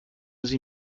sie